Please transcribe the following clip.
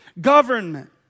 government